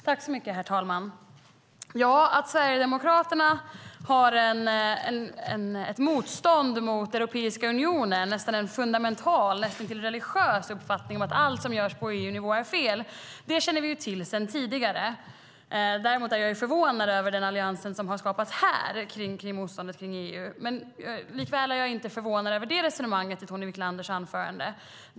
Herr talman! Att Sverigedemokraterna har ett motstånd mot Europeiska unionen, nästan en fundamental, näst intill religiös, uppfattning om att allt som görs på EU-nivå är fel känner vi till sedan tidigare. Däremot är jag förvånad över den allians som har skapats här kring motståndet mot EU. Likväl är jag inte förvånad över resonemanget från Wiklander.